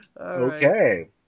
okay